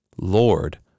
Lord